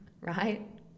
right